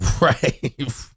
right